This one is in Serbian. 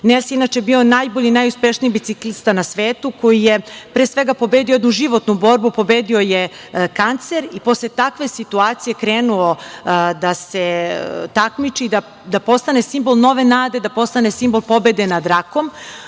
Lens je inače bio najbolji i najuspešniji biciklista na svetu koji je pobedio jednu životnu borbu, pobedio je kancer i posle takve situacije krenuo da se takmiči, da postane simbol nove nade, da postane simbol pobede nad rakom.